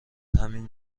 همین